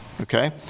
okay